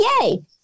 yay